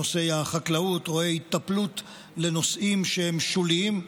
נושאי החקלאות, היטפלות לנושאים שהם שוליים.